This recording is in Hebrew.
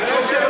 ובכן, בעד, 19,